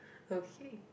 okay